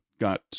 got